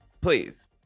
please